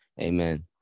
Amen